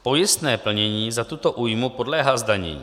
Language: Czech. Pojistné plnění za tuto újmu podléhá zdanění.